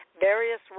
various